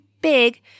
big